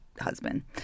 husband